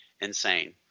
insane